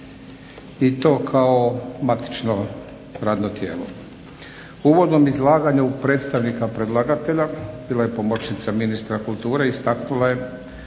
i to kao matično radno tijelo. U uvodnom izlaganju predstavnika predlagatelja bila je pomoćnica ministra kulture. Istaknula je